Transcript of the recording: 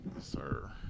sir